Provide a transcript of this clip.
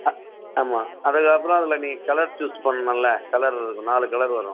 ஆ ஆமாம் அதுக்கப்புறம் அதில் நீங்கள் கலர் சூஸ் பண்ணணும்லே கலர் நாலு கலர் வரும்